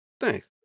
Thanks